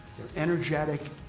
they're energetic,